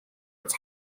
its